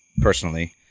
personally